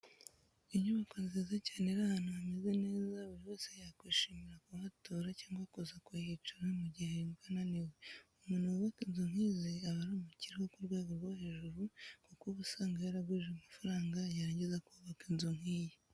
Inyubako nziza cyane iri ahantu hameze neza, buri wese yakwishimira kuhatura cyangwa kuza kuhicara mu gihe yumva ananiwe. Umuntu wubaka inzu nk'izi aba ari umukire wo ku rwego rwo hejuru kuko uba usanga yaragwije amafaranga yarangiza akubaka inzu nk'iyi.